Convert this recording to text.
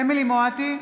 אמילי חיה מואטי,